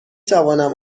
توانم